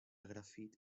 grafit